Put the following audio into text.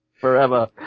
forever